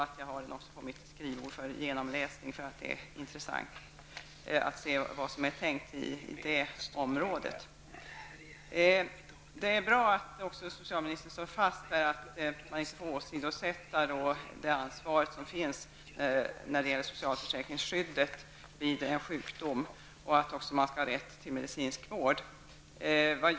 Jag har den även på mitt skrivbord för genomläsning, eftersom det är intressant att se vad som är tänkt på det området. Det är bra att socialministern slår fast att man inte får åtsidosätta ansvaret när det gäller socialförsäkringsskyddet vid en sjukdom och att man skall ha rätt till medicinsk vård.